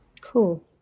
Cool